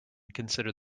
consider